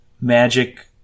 magic